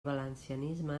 valencianisme